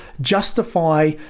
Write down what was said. justify